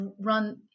run